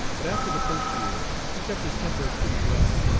but after the first year he kept his temper pretty well,